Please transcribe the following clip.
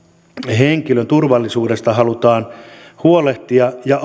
henkilön turvallisuudesta halutaan huolehtia ja